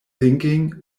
thinking